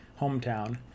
hometown